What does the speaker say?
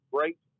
Great